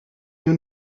you